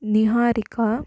Niharika